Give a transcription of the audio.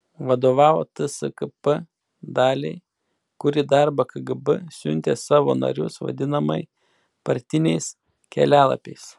vadovavo tskp daliai kuri darbą kgb siuntė savo narius vadinamai partiniais kelialapiais